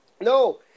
No